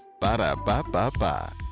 Ba-da-ba-ba-ba